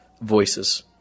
voices